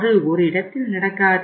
அது ஒரு இடத்தில் நடக்காது